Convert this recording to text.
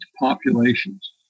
populations